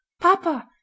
Papa